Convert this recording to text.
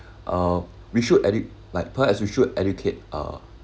uh we should educ~ like p~ as we should educate uh